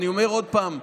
אני אומר עוד פעם,